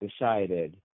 decided